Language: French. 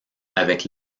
avec